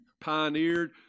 pioneered